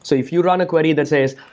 so if you run a query that says,